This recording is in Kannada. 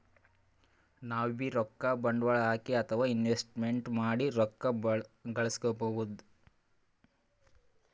ನಾವ್ಬೀ ರೊಕ್ಕ ಬಂಡ್ವಾಳ್ ಹಾಕಿ ಅಥವಾ ಇನ್ವೆಸ್ಟ್ಮೆಂಟ್ ಮಾಡಿ ರೊಕ್ಕ ಘಳಸ್ಕೊಬಹುದ್